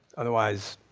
otherwise,